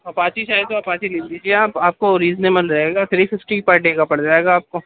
Apache چاہیے تو Apache لے لیجیے آپ آپ کو ریجنیبل رہے گا تھری ففٹی پر ڈے کا پڑ جائے گا آپ کو